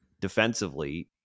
defensively